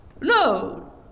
No